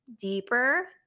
deeper